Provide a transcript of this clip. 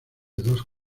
dos